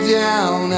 down